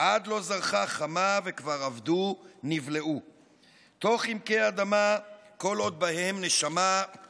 עד לא זרחה חמה/ וכבר אבדו נבלעו / תוך עמקי אדמה / כל עוד בהם נשמה/